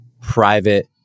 private